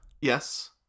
Yes